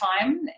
time